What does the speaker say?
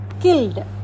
killed